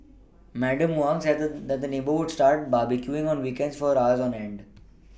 Madam Huang said the said the neighbour would start barbecuing on weekends for hours on end